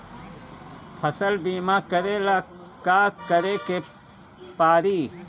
फसल बिमा करेला का करेके पारी?